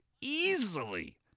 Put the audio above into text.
easily